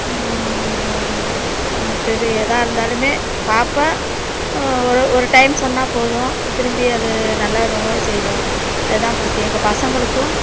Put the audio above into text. மிச்சது ஏதா இருந்தாலுமே பார்ப்பேன் ஒரு ஒரு டைம் சொன்னால் போதும் திரும்பி அது நல்ல விதமாகவே செய்வேன் அது தான் பிடிக்கும் எங்கள் பசங்களுக்கும்